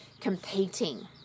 competing